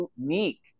unique